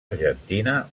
argentina